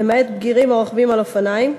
למעט בגירים הרוכבים על אופניים,